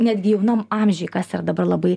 netgi jaunam amžiuj kas yra dabar labai